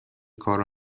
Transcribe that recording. کارو